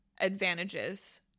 advantages